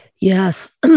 Yes